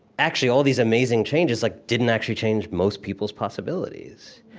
actually, all these amazing changes like didn't actually change most people's possibilities.